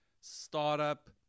startup